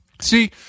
See